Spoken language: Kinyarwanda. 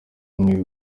mwe